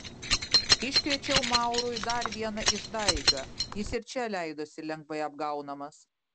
iškrėčiau maurui dar vieną išdaigą jis ir čia leidosi lengvai apgaunamas